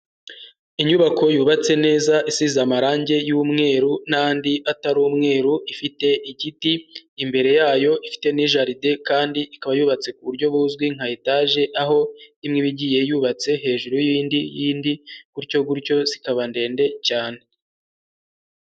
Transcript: Inyubako yubatse neza isize amarangi y'umweru n'andi atari umweru, ifite igiti imbere yayo ifite n'ijaride kandi ikaba yubatse ku buryo buzwi nka etaje aho imwe iba igiye yubatse hejuru y'indi, y'indi, gutyo, gutyo, zikaba ndende cyane.